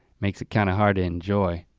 makes it kind of hard to enjoy.